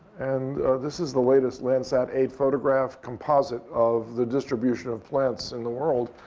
and this is the latest landsat eight photograph composite of the distribution of plants in the world.